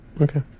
Okay